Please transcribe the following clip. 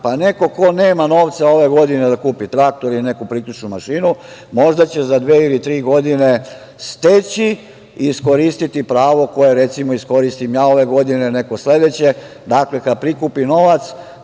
pa neko ko nema novca ove godine da kupi traktor ili neku priključnu mašinu, možda će za dve ili tri godine steći i iskoristiti pravo koje recimo iskoristim ja ove godine, neko sledeće. Dakle, kada prikupi novac